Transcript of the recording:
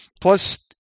Plus